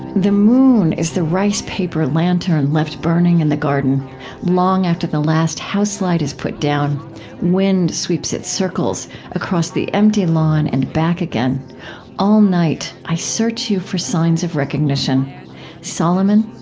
the moon is the rice-paper lantern left burning in the garden long after the last house light is put down wind sweeps its circles across the empty lawn and back again all night i search you for signs of recognition solomon?